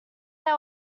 they